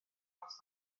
nos